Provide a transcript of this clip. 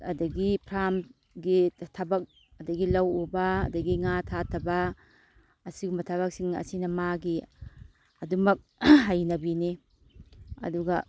ꯑꯗꯒꯤ ꯐ꯭ꯔꯥꯝꯒꯤ ꯊꯕꯛ ꯑꯗꯒꯤ ꯂꯧ ꯎꯕ ꯑꯗꯒꯤ ꯉꯥ ꯊꯥꯊꯕ ꯑꯁꯤꯒꯨꯝꯕ ꯊꯕꯛꯁꯤꯡ ꯑꯁꯤꯅ ꯃꯥꯒꯤ ꯑꯗꯨꯃꯛ ꯍꯩꯅꯕꯤꯅꯤ ꯑꯗꯨꯒ